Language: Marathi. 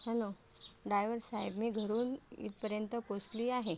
हॅलो डायवर साहेब मी घरून इथपर्यंत पोहोचली आहे